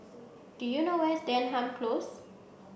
do you know where is Denham Close